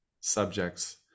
subjects